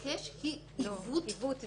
לבקש משפט חוזר היא עיוות דין.